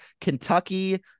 Kentucky